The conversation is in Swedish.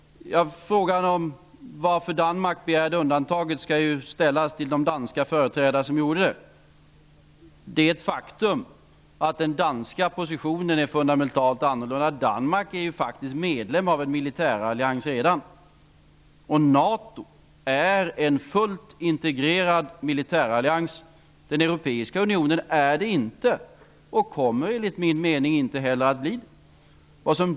Frågan om varför Danmark begärde undantaget skall ju ställas till de danska företrädarna. Det är ett faktum att den danska positionen är fundamentalt annorlunda. Danmark är ju faktiskt redan medlem i en militärallians. NATO är en fullt integrerad militärallians. Den europeiska unionen är det inte och kommer enligt min mening inte att bli det heller.